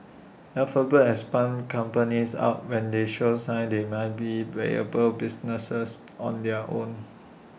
alphabet has spun companies out when they show signs they might be viable businesses on their own